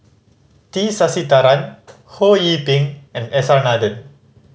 T Sasitharan Ho Yee Ping and S R Nathan